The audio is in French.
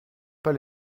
pas